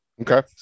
Okay